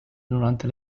durante